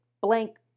blank